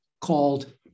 called